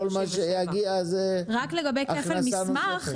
רק לגבי כפל מסמך,